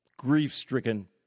grief-stricken